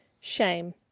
Shame